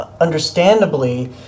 understandably